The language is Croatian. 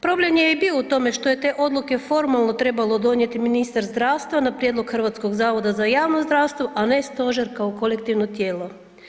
Problem je i bio u tome što je te odluke formalno trebalo donijeti ministar zdravstva na prijedlog HZJZ, a ne stožer kao kolektivno tijelo.